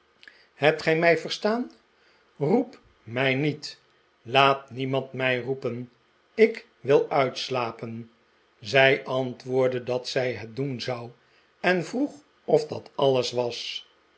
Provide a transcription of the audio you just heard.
hebt gij mij verstaan roep mij niet laat niemand mij roepen ik wil uitslapen zij antwoordde dat zij het doen zou en vroeg of dat alles was